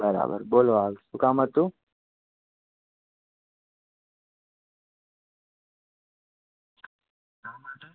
બરાબર બોલો હાલ શું કામ હતું શા માટે